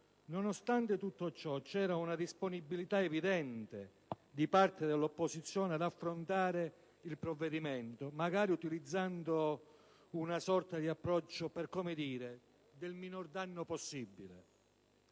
nonostante tutto ciò, c'era una disponibilità evidente di parte dell'opposizione ad affrontare il provvedimento, magari utilizzando l'approccio, per così dire, del minor danno possibile.